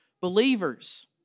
believers